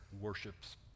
worships